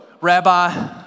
Rabbi